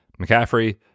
McCaffrey